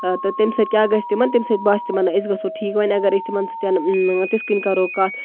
تہٕ تَمہِ سۭتۍ کیاہ گژھِ تِمن تَمہِ سۭتۍ باسہِ تِمن أسۍ گژھو ٹھیٖک وۄنۍ اَگر تِمن سۭتۍ تِتھ کٔنۍ کَرو کَتھ